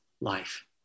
life